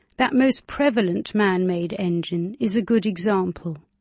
that most prevalent man-made engine, is a good example.